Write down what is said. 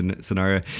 scenario